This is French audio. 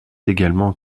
également